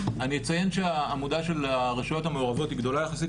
אני אציין שהעמודה של הרשויות המעורבות היא גדולה יחסית